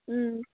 ꯎꯝ